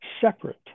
separate